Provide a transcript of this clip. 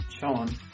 Sean